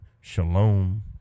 shalom